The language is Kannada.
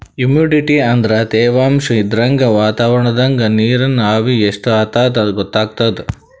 ಹುಮಿಡಿಟಿ ಅಂದ್ರ ತೆವಾಂಶ್ ಇದ್ರಾಗ್ ವಾತಾವರಣ್ದಾಗ್ ನೀರಿನ್ ಆವಿ ಎಷ್ಟ್ ಅದಾಂತ್ ಗೊತ್ತಾಗ್ತದ್